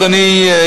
אדוני,